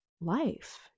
life